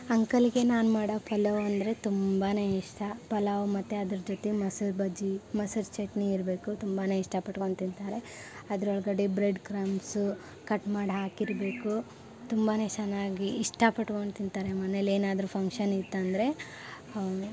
ಅಂಕಲ್ಗೆ ನಾನು ಮಾಡೋ ಪಲಾವ್ ಅಂದರೆ ತುಂಬ ಇಷ್ಟ ಪಲಾವ್ ಮತ್ತು ಅದ್ರ ಜೊತೆ ಮೊಸರು ಬಜ್ಜಿ ಮೊಸರು ಚಟ್ನಿ ಇರಬೇಕು ತುಂಬಾ ಇಷ್ಟಪಟ್ಕೊಂಡು ತಿಂತಾರೆ ಅದ್ರೊಳಗಡೆ ಬ್ರೆಡ್ ಕ್ರಂಬ್ಸು ಕಟ್ ಮಾಡಿ ಹಾಕಿರಬೇಕು ತುಂಬಾ ಚೆನ್ನಾಗಿ ಇಷ್ಟಪಡ್ಕೊಂಡು ತಿಂತಾರೆ ಮನೆಯಲ್ ಏನಾದರೂ ಫಂಕ್ಷನ್ ಇತ್ತಂದರೆ